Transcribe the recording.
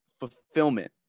fulfillment